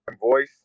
voice